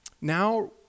Now